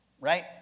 Right